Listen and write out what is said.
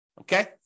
Okay